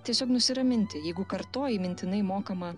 tiesiog nusiraminti jeigu kartoji mintinai mokamą